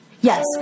Yes